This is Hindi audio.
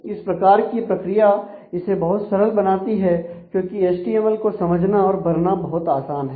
इस प्रकार की प्रक्रिया इसे बहुत सरल बनाती है क्योंकि एचटीएमएल को समझना और भरना बहुत आसान है